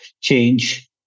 change